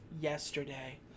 Yesterday